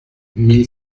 mille